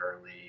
early